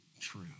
true